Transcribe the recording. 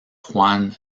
juan